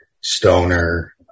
stoner